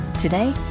Today